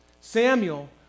Samuel